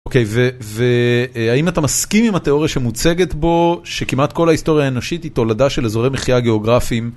אוקיי, והאם אתה מסכים עם התיאוריה שמוצגת בו שכמעט כל ההיסטוריה האנושית היא תולדה של אזורי מחייה גיאוגרפיים?